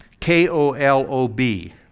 K-O-L-O-B